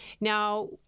Now